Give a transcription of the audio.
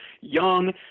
young